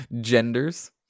genders